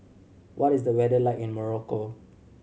what is the weather like in Morocco